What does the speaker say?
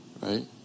Right